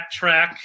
backtrack